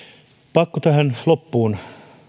pakko tähän loppuun